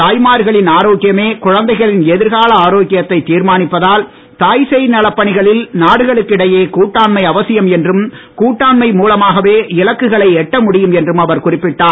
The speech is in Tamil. தாய்மார்களின் ஆரோக்கியமே குழந்தைகளின் எதிர்கால தீர்மானிப்பதால் தாய் சேய் நலப்பணிகளில் நாடுகளுக்கிடையே கூட்டாண்மை அவசியம் என்றும் கூட்டாண்மை மூலமாகவே இலக்குகளை எட்ட முடியும் என்றும் அவர் குறிப்பிட்டார்